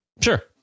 sure